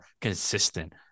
consistent